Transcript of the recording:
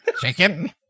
chicken